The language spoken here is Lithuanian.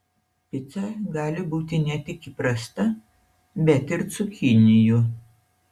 pica gali būti ne tik įprasta bet ir cukinijų